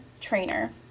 trainer